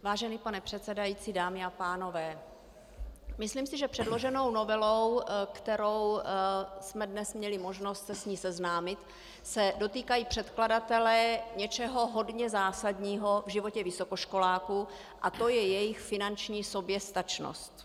Vážený pane předsedající, dámy a pánové, myslím si, že předloženou novelou, s kterou jsme dnes měli možnost se seznámit, se dotýkají předkladatelé něčeho hodně zásadního v životě vysokoškoláků a to je jejich finanční soběstačnost.